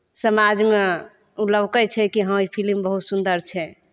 समाजमे ओ लौकैत छै कि हँ ई फिलिम बहुत सुन्दर छै